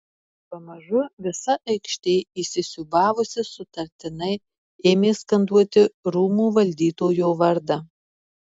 pamažu visa aikštė įsisiūbavusi sutartinai ėmė skanduoti rūmų valdytojo vardą